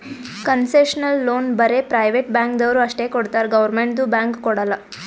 concessional loan ಬರೇ private ಬ್ಯಾಂಕ್ದವ್ರು ಅಷ್ಟೇ ಕೊಡ್ತಾರ್ ಗೌರ್ಮೆಂಟ್ದು ಬ್ಯಾಂಕ್ ಕೊಡಲ್ಲ